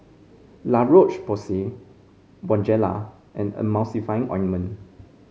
La Roche Porsay Bonjela and Emulsying Ointment